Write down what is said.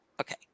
Okay